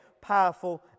powerful